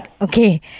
Okay